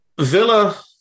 Villa